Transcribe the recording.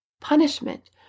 punishment